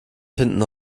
finden